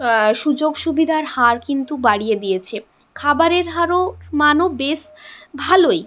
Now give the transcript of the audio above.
সুযোগ সুবিধার হার কিন্তু বাড়িয়ে দিয়েছে খাবারের হারও মানও বেশ ভালোই